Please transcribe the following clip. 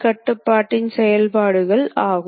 இது ஒரு X போன்றது மன்னிக்கவும்